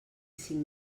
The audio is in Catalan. cinc